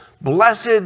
blessed